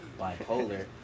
bipolar